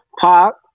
pop